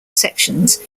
sections